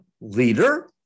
leader